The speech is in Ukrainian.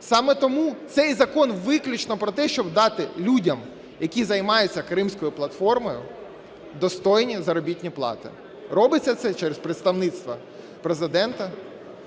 Саме тому цей закон виключно про те, щоб дати людям, які займаються Кримською платформою, достойні заробітні плати. Робиться це через Представництво Президента